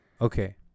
Okay